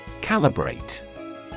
Calibrate